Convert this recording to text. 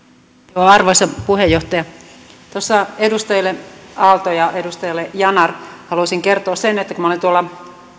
arvoisa puheenjohtaja edustajille aalto ja yanar haluaisin kertoa sen että kun minä tuolla